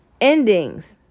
endings